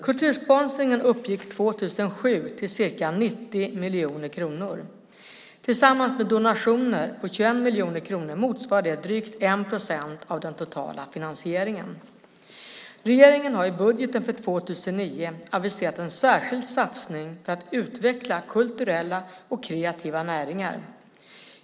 Kultursponsringen uppgick 2007 till ca 90 miljoner kronor. Tillsammans med donationer på 21 miljoner kronor motsvarar detta drygt 1 procent av den totala finansieringen. Regeringen har i budgeten för 2009 aviserat en särskild satsning för att utveckla kulturella och kreativa näringar.